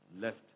left